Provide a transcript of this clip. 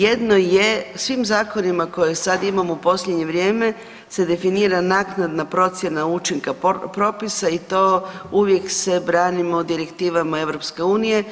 Jedno je svim zakonima koje sad imamo u posljednje vrijeme se definira naknadna procjena učinka propisa i to uvijek se branimo direktivama EU.